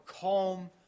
calm